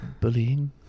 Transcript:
bullying